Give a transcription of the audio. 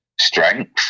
strength